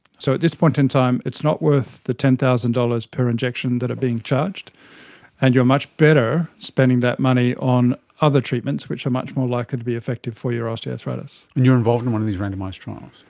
so at this point in time it is not worth the ten thousand dollars per injection that are being charged and you're much better spending that money on other treatments which are much more likely to be effective for your osteoarthritis. and you're involved in one of these randomised trials?